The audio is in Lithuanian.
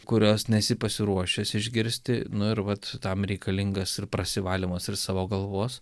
kuriuos nesi pasiruošęs išgirsti nu ir vat tam reikalingas ir prasivalymas ir savo galvos